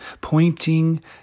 pointing